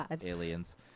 aliens